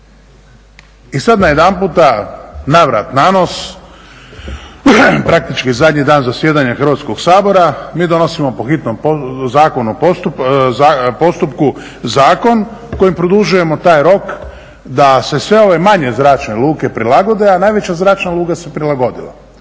I sada najedanputa navrat nanos praktički zadnji dan zasjedanja Hrvatskoga sabora mi donosimo po hitnom postupku zakon kojim produžujemo taj rok da se sve ove manje zračne luke prilagode a najveća zračna luka se prilagodila.